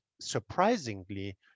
surprisingly